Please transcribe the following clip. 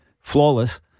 Flawless